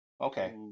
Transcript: okay